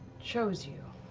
chose you,